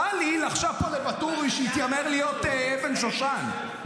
טלי לחשה פה לוואטורי, שהתיימר להיות אבן שושן.